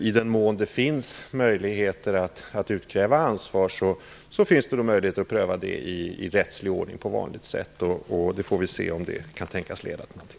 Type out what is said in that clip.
I den mån man kan utkräva ansvar finns det möjligheter att pröva det i rättslig ordning på vanligt sätt. Vi får se om det kan tänkas leda till någonting.